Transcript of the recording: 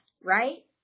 right